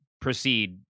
proceed